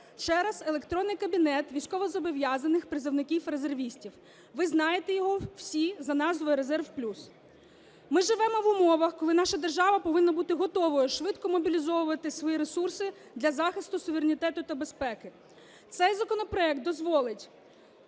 через електронний кабінет військовозобов'язаних призовників, резервістів. Ви знаєте його всі за назвою "Резерв+". Ми живемо в умовах, коли наша держава повинна бути готовою швидко мобілізовувати свої ресурси для захисту суверенітету та безпеки. Цей законопроект дозволить: